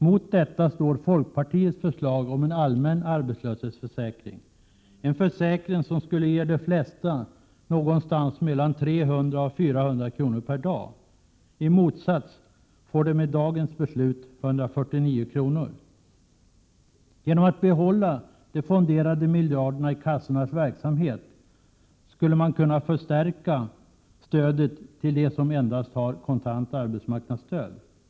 Mot detta står folkpartiets förslag om en allmän arbetslöshetsförsäkring, en försäkring som skulle ge de flesta någonstans mellan 300 och 400 kr. per dag. I stället får de med dagens beslut 149 kr. Genom att behålla de fonderade miljarderna i kassornas verksamhet, skulle man kunna förstärka stödet till dem som endast har kontant arbetsmarknadsstöd.